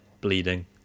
bleeding